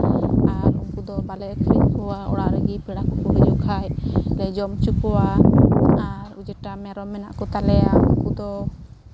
ᱟᱨ ᱩᱱᱠᱩ ᱫᱚ ᱵᱟᱞᱮ ᱟᱹᱠᱨᱤᱧ ᱠᱚᱣᱟ ᱚᱲᱟᱜ ᱨᱮᱜᱮ ᱯᱮᱲᱟ ᱠᱚᱠᱚ ᱦᱤᱡᱩᱜ ᱠᱷᱟᱡᱞᱮ ᱡᱚᱢ ᱦᱚᱪᱚ ᱠᱚᱣᱟ ᱟᱨ ᱡᱮᱴᱟ ᱢᱮᱨᱚᱢ ᱢᱮᱱᱟᱜ ᱠᱚᱛᱟᱞᱮᱭᱟ ᱩᱱᱠᱩ ᱫᱚ